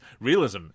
realism